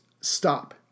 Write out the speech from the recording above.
stop